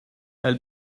elle